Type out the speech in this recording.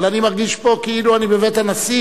אבל אני מרגיש פה כאילו אני בבית הנשיא,